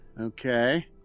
Okay